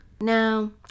Now